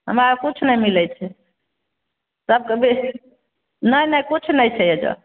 हमरा आर किछु नहि मिलल छै सबके बेस नहि नहि किछु नहि छै एहिज